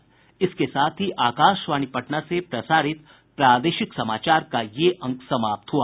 इसके साथ ही आकाशवाणी पटना से प्रसारित प्रादेशिक समाचार का ये अंक समाप्त हुआ